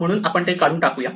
म्हणून आपण ते काढून टाकूया